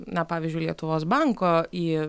na pavyzdžiui lietuvos banko į